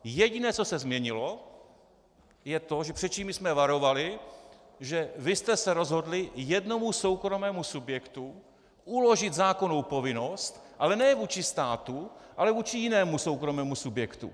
Jediné, co se změnilo je to, před čím my jsme varovali, že vy jste se rozhodli jednomu soukromému subjektu uložit zákonnou povinnost, ale ne vůči státu, ale vůči jinému soukromému subjektu.